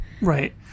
Right